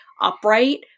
upright